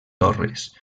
torres